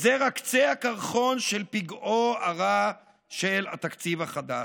זה רק קצה הקרחון של פגעו הרע של התקציב החדש.